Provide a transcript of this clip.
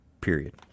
period